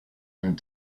and